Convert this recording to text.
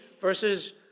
versus